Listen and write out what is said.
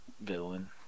villain